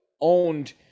owned